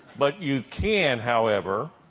but you can, however,